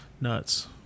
nuts